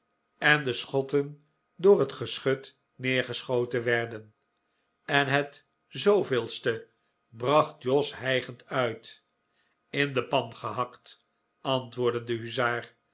en de schotten door het geschut neergeschoten werden en het de bracht jos hijgend uit in de pan gehakt antwoordde de huzaar